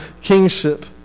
kingship